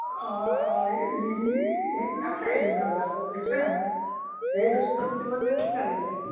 অঁ অঁ এই জিমনী সেইগিলাক এই সেহঁতৰ আকৌ দেখছা না নাই হেই দ'স্ত' বুলি ক'লিয়ে পইচা আহি যায়